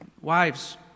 Wives